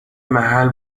محل